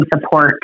support